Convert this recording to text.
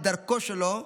בדרכו שלו,